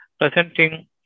presenting